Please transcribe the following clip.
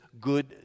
good